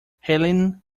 helene